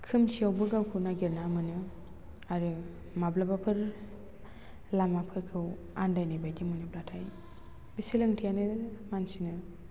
खोमसिआवबो गावखौ नागिरना मोनो आरो माब्लाबाफोर लामाफोरखौ आन्दायनायबायदि मोनब्लाथाय बे सोलोंथाइआनो मानसिनो